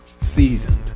seasoned